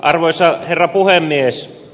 arvoisa herra puhemies